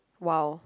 !wow!